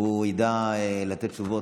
הוא ידע לתת תשובות.